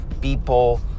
people